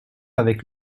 avec